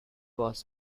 was